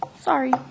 sorry